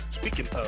speaking